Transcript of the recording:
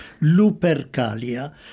Lupercalia